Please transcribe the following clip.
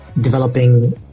developing